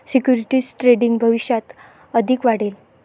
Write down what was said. securities trading भविष्यात अधिक वाढेल